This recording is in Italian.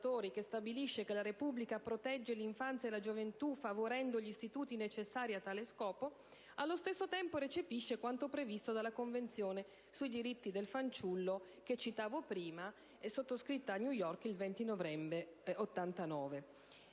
fondatori, che la Repubblica «protegge (...) l'infanzia e la gioventù, favorendo gli istituti necessari a tale scopo», allo stesso tempo esso recepisce quanto previsto dalla Convenzione sui diritti del fanciullo, che ho citato in precedenza, sottoscritta a New York il 20 novembre del 1989.